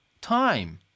time